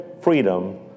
freedom